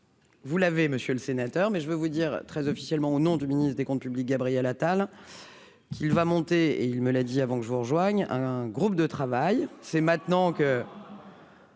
vous l'avez, monsieur le sénateur, mais je veux vous dire très officiellement au nom du ministre des Comptes publics Gabriel Attal qu'il va monter et il me l'a dit avant que je vous rejoigne un groupe de travail, c'est maintenant que